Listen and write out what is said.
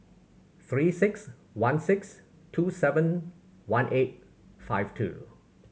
Three Six One six two seven one eight five two